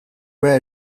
where